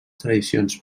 tradicions